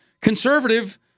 conservative